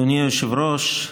אדוני היושב-ראש,